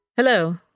Hello